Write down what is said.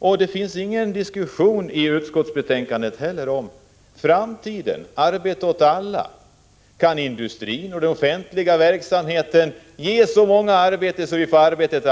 I utskottsbetänkandet förs ingen diskussion om framtiden och om målsättningen arbete åt alla. Kan industrin och den offentliga verksamheten ge så många arbeten att vi kan uppnå målet arbete åt alla?